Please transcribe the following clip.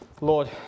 Lord